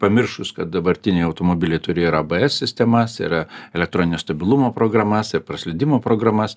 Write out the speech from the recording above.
pamiršus kad dabartiniai automobiliai turi ir abs sistemas ir elektroninio stabilumo programas ir praslydimo programas